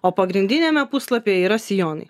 o pagrindiniame puslapyje yra sijonai